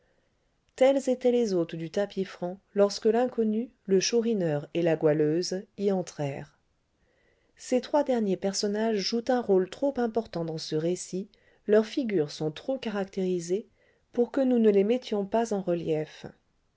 tels étaient les hôtes du tapis franc lorsque l'inconnu le chourineur et la goualeuse y entrèrent ces trois derniers personnages jouent un rôle trop important dans ce récit leurs figures sont trop caractérisées pour que nous ne les mettions pas en relief